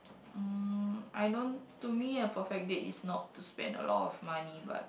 um I don't to me a perfect date is not to spend a lot of money but